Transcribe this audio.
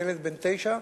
ילד בן תשע,